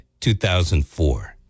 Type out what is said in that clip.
2004